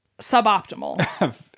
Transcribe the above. Suboptimal